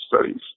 studies